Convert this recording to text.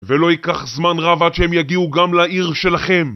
ולא ייקח זמן רב עד שהם יגיעו גם לעיר שלכם